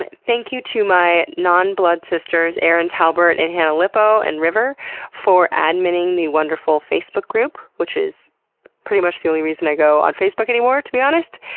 and thank you to my non-blood-sisters erin talbert, and hannah lipow, and river for adminning the wonderful facebook group, which is pretty much the only reason i go on facebook anymore, to be honest.